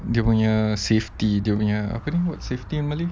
dia punya safety dia punya apa ni safety word in malay